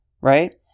right